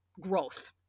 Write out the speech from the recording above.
growth